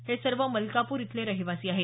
हे सर्व मलकापूर इथले रहिवासी आहेत